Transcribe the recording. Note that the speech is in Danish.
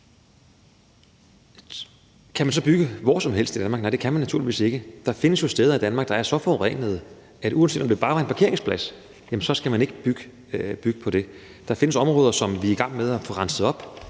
Kan man så bygge hvor som helst i Danmark? Nej, det kan man naturligvis ikke. Der findes jo steder i Danmark, der er så forurenede, at uanset om det bare var en parkeringsplads, skal man ikke bygge på det sted. Der findes områder, som vi er i gang med at få renset op,